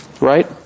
right